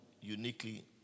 uniquely